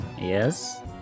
Yes